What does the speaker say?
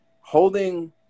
holding